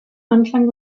anklang